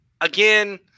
Again